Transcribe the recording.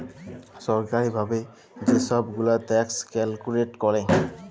ছরকারি ভাবে যে ছব গুলা ট্যাক্স ক্যালকুলেট ক্যরে